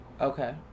Okay